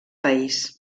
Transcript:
país